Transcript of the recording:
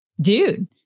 dude